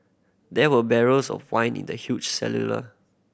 there were barrels of wine in the huge cellular